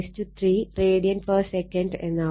5 103 rad sec എന്നാവും